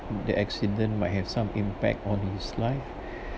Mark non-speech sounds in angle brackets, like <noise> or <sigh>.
that accident might have some impact on his life <breath>